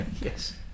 Yes